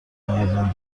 مردم